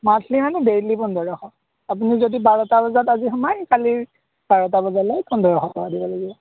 monthly মানে daily পোন্ধৰশ আপুনি যদি বাৰটা বজাত আজি সোমাই কালি বাৰটা বজালৈ পোন্ধৰশ টকা দিব লাগিব